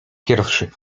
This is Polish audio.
pierwszy